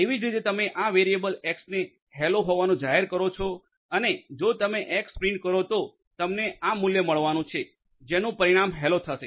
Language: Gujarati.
તે જ રીતે તમે આ વેરીએબલ એક્સ ને હેલો હોવાનું જાહેર કરો છો અને જો તમે એક્સ પ્રિન્ટ કરો તો તમને આ મૂલ્ય મળવાનું છે જેનું પરિણામ હેલો થશે